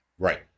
Right